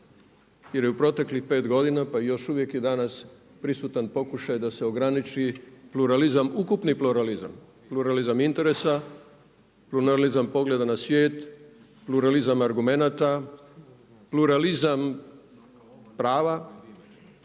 jer je u proteklih pet godina pa i još uvijek je danas prisutan pokušaj da se ograniči pluralizam, ukupni pluralizam. Pluralizam interesa, pluralizam pogleda na svijet, pluralizam argumenata, pluralizam prava